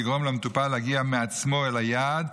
לגרום למטופל להגיע בעצמו אל היעד,